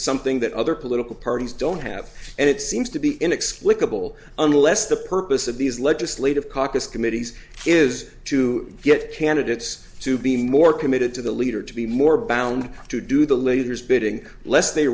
something that other political parties don't have and it seems to be inexplicable unless the purpose of these legislative caucus committees is to get candidates to be more committed to the leader to be more bound to do the leader's bidding lest they